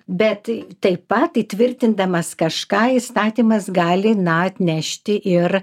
bet taip pat įtvirtindamas kažką įstatymas gali atnešti ir